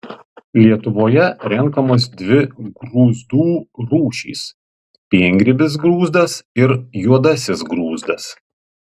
lietuvoje renkamos dvi grūzdų rūšys piengrybis grūzdas ir juodasis grūzdas